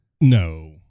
No